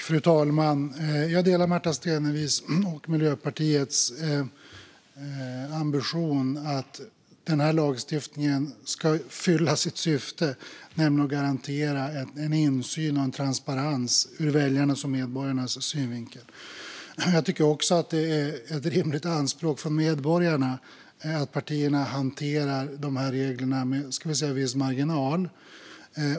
Fru talman! Jag delar Märta Stenevis och Miljöpartiets ambition att den här lagstiftningen ska fylla sitt syfte, nämligen att garantera insyn och transparens ur väljarnas och medborgarnas synvinkel. Jag tycker också att det är ett rimligt anspråk från medborgarna att partierna hanterar de här reglerna med viss marginal.